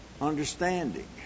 Understanding